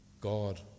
God